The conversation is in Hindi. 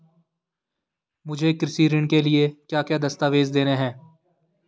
मुझे कृषि ऋण के लिए क्या क्या दस्तावेज़ देने हैं?